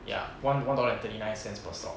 ya one one dollar and thirsty nine cents per stock